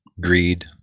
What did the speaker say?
greed